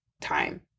time